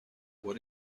what